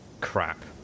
Crap